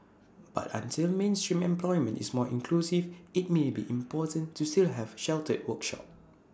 but until mainstream employment is more inclusive IT may be important to still have sheltered workshop